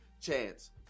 chance